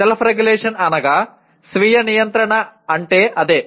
self regulation అనగా స్వీయ నియంత్రణ అంటే అదే